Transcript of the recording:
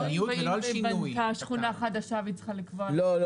נניח והיא בנתה שכונה חדשה והיא צריכה לקבוע --- לא.